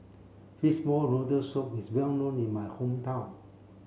fishball noodle soup is well known in my hometown